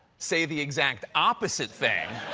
say the exact opposite thing